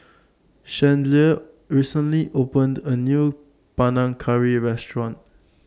Chandler recently opened A New Panang Curry Restaurant